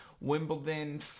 Wimbledon